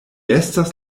estas